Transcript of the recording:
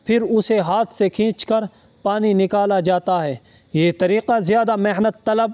پھر اسے ہاتھ سے کھینچ کر پانی نکالا جاتا ہے یہ طریقہ زیادہ محنت طلب